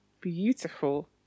beautiful